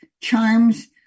Charms